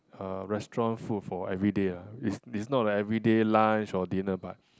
uh restaurant food for everyday lah is is not like everyday lunch or dinner but